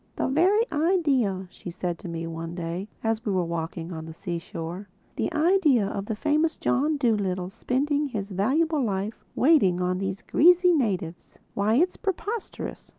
the very idea, she said to me one day as we were walking on the seashore the idea of the famous john dolittle spending his valuable life waiting on these greasy natives why, it's preposterous!